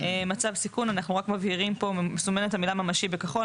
"מצב סיכון" המילה "ממשי" מסומנת בכחול.